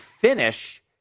finish